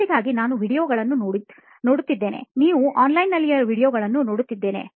ಪರೀಕ್ಷೆಗಾಗಿ ನಾನು ವೀಡಿಯೊಗಳನ್ನು ನೋಡುತ್ತಿದ್ದೇನೆ ನೀವು ಆನ್ಲೈನ್ನಲ್ಲಿಯ ವಿಡಿಯೋ ನೋಡುತ್ತಿದ್ದೇನೆ